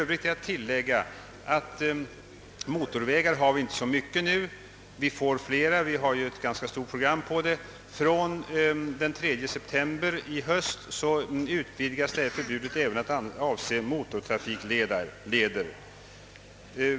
Vi har inte så många motorvägar nu, men vi får flera — det finns ett ganska stort program härför. Från den 3 september i höst utvidgas detta förbud att avse även motortrafikleder.